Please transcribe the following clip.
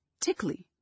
tickly